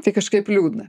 tai kažkaip liūdna